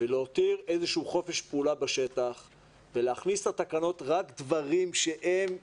ולהותיר איזשהו חופש פעולה בשטח ולהכניס לתקנות רק דברים שהם ברזל,